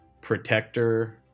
Protector